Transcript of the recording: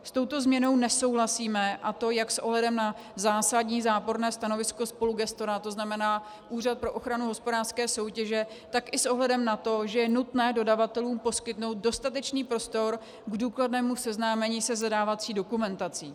S touto změnou nesouhlasíme, a to jak s ohledem na zásadní záporné stanovisek spolugestora, tzn. Úřadu pro ochranu hospodářské soutěže, tak i s ohledem na to, že je nutné dodavatelům poskytnout dostatečný prostor k důkladnému seznámení se zadávací dokumentací.